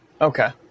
Okay